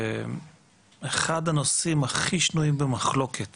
אחד הנושאים הכי שנויים במחלוקת